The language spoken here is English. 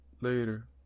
Later